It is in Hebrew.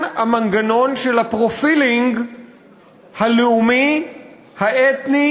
המנגנון של ה-profiling הלאומי האתני,